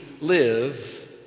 live